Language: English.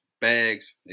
bags